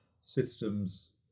systems